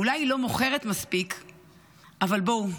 אולי היא לא מוכרת מספיק אבל, בואו,